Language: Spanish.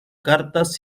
cartas